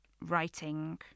writing